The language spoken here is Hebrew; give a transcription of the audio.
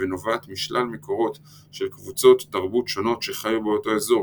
ונובעת משלל מקורות של קבוצות תרבות שונות שחיו באותו אזור,